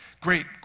Great